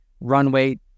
runway